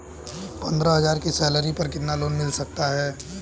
पंद्रह हज़ार की सैलरी पर कितना लोन मिल सकता है?